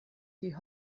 die